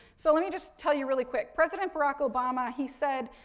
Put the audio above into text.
so let me just tell you really quick. president barack obama, he said,